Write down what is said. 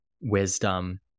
wisdom